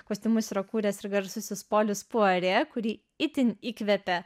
kostiumus yra kūręs ir garsusis polis poerė kurį itin įkvepia